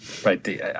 Right